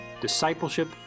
discipleship